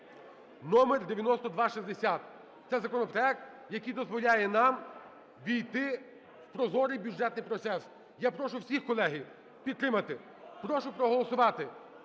(№ 9260). Це законопроект, який дозволяє нам увійти в прозорий бюджетний процес. Я прошу всіх, колеги, підтримати, прошу проголосувати